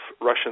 Russian